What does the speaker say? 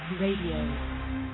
Radio